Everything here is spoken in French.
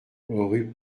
rue